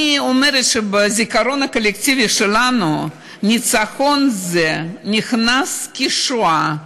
אני אומרת שבזיכרון הקולקטיבי שלנו הניצחון הזה נכנס כשואה,